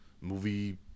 movie